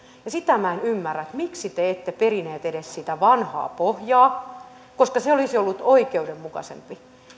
sitä minä en ymmärrä miksi te ette perineet edes sitä vanhaa pohjaa koska se olisi ollut oikeudenmukaisempi